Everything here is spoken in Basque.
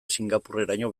singapurreraino